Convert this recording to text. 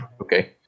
okay